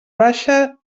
baixa